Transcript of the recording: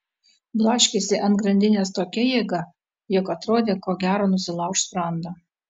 blaškėsi ant grandinės tokia jėga jog atrodė ko gero nusilauš sprandą